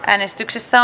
hyväksyttiin